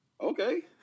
okay